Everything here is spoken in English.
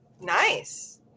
Nice